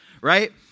right